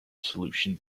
solution